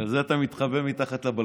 בגלל זה אתה מתחבא מתחת לבלקון.